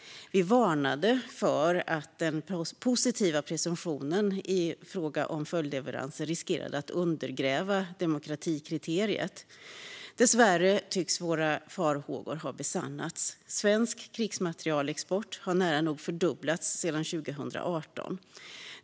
Vi varnade för att den positiva presumtionen i fråga om följdleveranser riskerade att undergräva demokratikriteriet. Dessvärre tycks våra farhågor ha besannats. Svensk krigsmaterielexport har nära nog fördubblats sedan 2018.